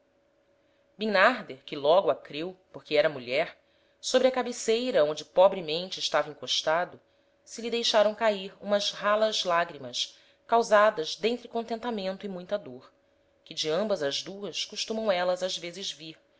bimnarder que logo a creu porque era mulher sobre a cabeceira onde pobremente estava encostado se lhe deixaram cair umas ralas lagrimas causadas d'entre contentamento e muita dôr que de ambas as duas costumam élas ás vezes vir